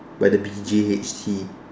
by the B_J_H_T